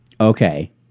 Okay